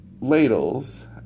ladles